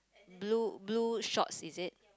blue blue shorts is it